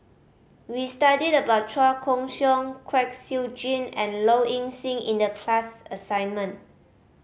we studied about Chua Koon Siong Kwek Siew Jin and Low Ing Sing in the class assignment